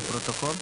לפרוטוקול?